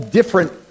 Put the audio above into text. different